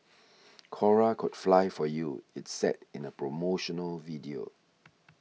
Cora could fly for you it said in a promotional video